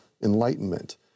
enlightenment